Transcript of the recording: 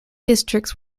districts